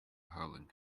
howling